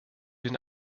den